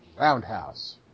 Roundhouse